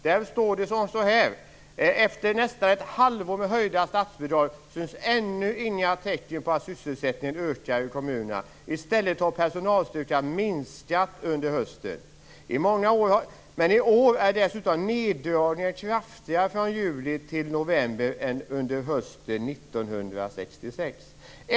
Där står det så här: Efter nästan ett halvår med höjda statsbidrag finns ännu inga tecken på att sysselsättningen ökar i kommunerna. I stället har personalstyrkan minskat under hösten. I år är dessutom neddragningarna kraftigare från juli till november än under hösten 1996.